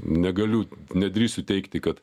negaliu nedrįsiu teigti kad